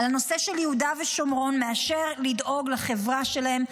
על הנושא של יהודה ושומרון מאשר לדאוג לחברה שלהם,